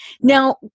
now